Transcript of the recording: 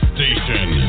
Station